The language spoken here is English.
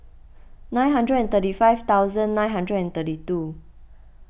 nine hundred and thirty five thousand nine hundred and thirty two